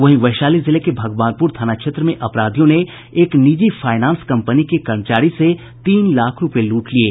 वहीं वैशाली जिले के भगवानपुर थाना क्षेत्र में अपराधियों ने एक निजी फाइनेंस कंपनी के कर्मचारी से तीन लाख रुपये लूट लिये